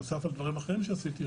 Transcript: נוסף על דברים אחרים שעשיתי,